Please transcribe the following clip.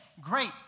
great